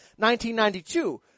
1992